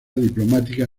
diplomática